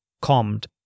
calmed